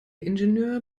ingenieur